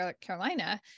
carolina